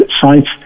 sites